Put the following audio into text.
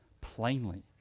plainly